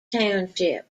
township